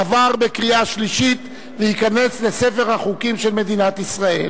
עבר בקריאה שלישית וייכנס לספר החוקים של מדינת ישראל.